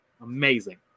amazing